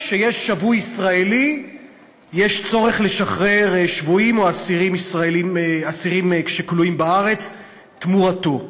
כשיש שבוי ישראלי יש צורך לשחרר שבויים או אסירים שכלואים בארץ תמורתו.